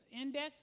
index